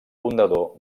fundador